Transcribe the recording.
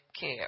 care